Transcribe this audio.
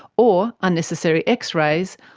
or unnecessary x-rays,